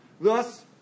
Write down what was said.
Thus